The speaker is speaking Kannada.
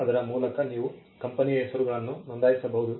ಅದರ ಮೂಲಕ ನೀವು ಕಂಪನಿಯ ಹೆಸರುಗಳನ್ನು ನೋಂದಾಯಿಸಬಹುದು